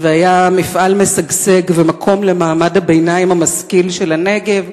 והיה מפעל משגשג ומקור פרנסה למעמד הביניים המשכיל של הנגב.